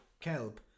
kelp